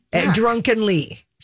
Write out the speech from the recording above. Drunkenly